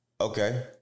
Okay